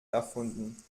erfunden